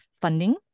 funding